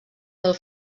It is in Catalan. del